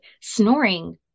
Snoring